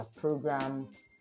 programs